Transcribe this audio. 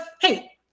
hey